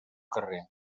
carrer